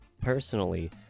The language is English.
personally